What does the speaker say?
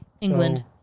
England